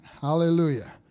Hallelujah